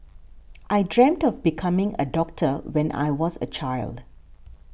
I dreamt of becoming a doctor when I was a child